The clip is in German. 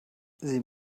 sie